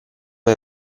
hai